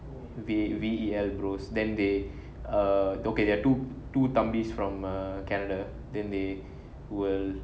V_E_L bros then they uh okay there are two தம்பிஸ்:thambi from canada then they will